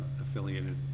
affiliated